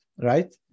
right